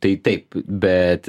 tai taip bet